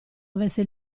avesse